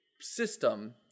system